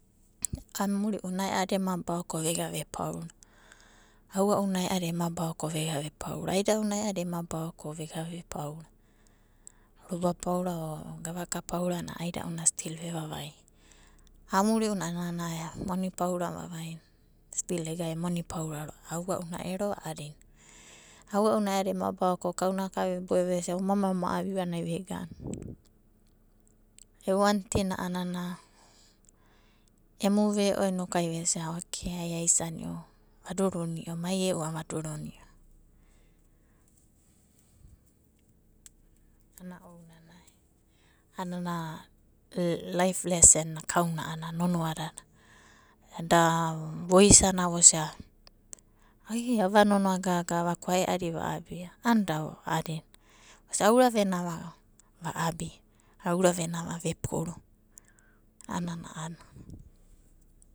Amurina ae'adi ema ba'o ko vegana ve paorava. Aua'una aiadi ema ba'o ko vegana ve paora. Aida'una aeadi ve ba'o ko vegana ve paora. Roba paora o gavaka paorana ko aida'u na stil ve vavaia. Amuriuna anana, moni paorana ounana stil egana e paora roava. Aua'una ero a'adina. Aua'u na aeadi ema bao ko kauna ka ve boi ve sia oma mai, oma abiu, ana ve gana. E wantin na na ananai. Emu veo noku ve sia, "okei ai sanio, va darunio". Mai e'u ama durunio. Ana ounana, anana laif lessea naka anana nonoa dada. Ada vo isandia vo sie, "ae ava nonoa gaga ko aeadi va do'dia". Anada'adi, vo sia, "aora venia va abia". Aora anana ve purur.